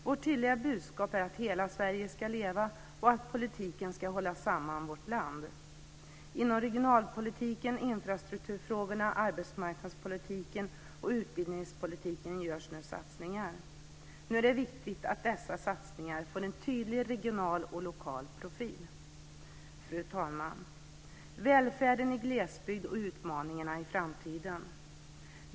Vårt tydliga budskap är att hela Sverige ska leva och att politiken ska hålla samman vårt land. Inom regionalpolitiken, infrastrukturfrågorna, arbetsmarknadspolitiken och utbildningspolitiken görs nu satsningar. Nu är det viktigt att dessa satsningar får en tydlig regional och lokal profil. Fru talman! Jag ska nu tala om välfärden i glesbygd och utmaningarna i framtiden.